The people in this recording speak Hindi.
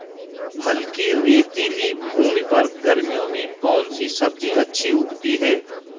हल्की रेतीली भूमि पर गर्मियों में कौन सी सब्जी अच्छी उगती है?